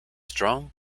strong